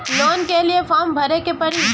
Loan के लिए form भरे के पड़ी?